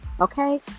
okay